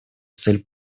цель